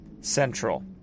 Central